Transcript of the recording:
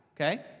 okay